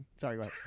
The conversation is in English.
Sorry